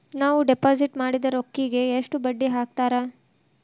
ನಾವು ಡಿಪಾಸಿಟ್ ಮಾಡಿದ ರೊಕ್ಕಿಗೆ ಎಷ್ಟು ಬಡ್ಡಿ ಹಾಕ್ತಾರಾ?